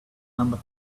number